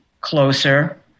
closer